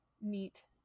neat